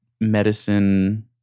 medicine